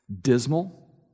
dismal